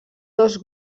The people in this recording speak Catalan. dos